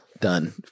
done